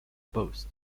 post